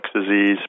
disease